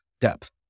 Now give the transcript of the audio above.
depth